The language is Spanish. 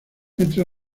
entre